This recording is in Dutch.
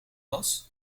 was